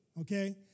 okay